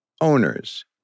Owners